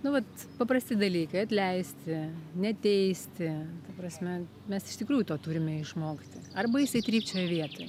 nu vat paprasti dalykai atleisti neteisti prasme mes iš tikrųjų to turime išmokti arba jisai trypčioja vietoj